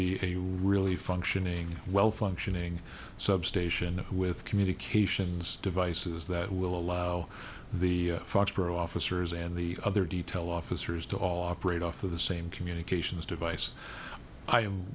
be a really functioning well functioning substation with communications devices that will allow the foxboro officers and the other detail officers to all operate off of the same communications device i am